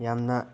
ꯌꯥꯝꯅ